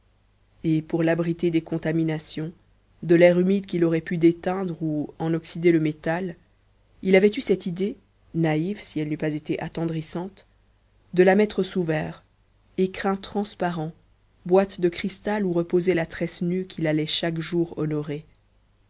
et pour l'abriter des contaminations de l'air humide qui l'aurait pu déteindre ou en oxyder le métal il avait eu cette idée naïve si elle n'eût pas été attendrissante de la mettre sous verre écrin transparent boîte de cristal où reposait la tresse nue qu'il allait chaque jour honorer